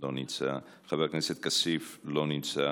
לא נמצא, חבר הכנסת כסיף, לא נמצא.